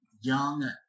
young